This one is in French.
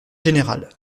général